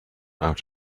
out